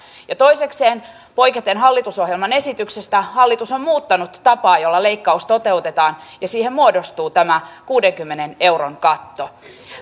toisekseen poiketen hallitusohjelman esityksestä hallitus on muuttanut tapaa jolla leikkaus toteutetaan ja siihen muodostuu tämä kuudenkymmenen euron katto